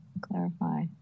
Clarify